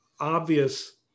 obvious